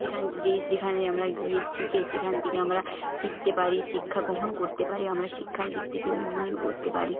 যেখান যে যেখানে আমরা গিয়ে শিখে সেখান থেকে আমরা শিখতে পারি শিক্ষা গ্রহণ করতে পারি আমরা শিক্ষার দিক থেকে উন্নয়ন করতে পারি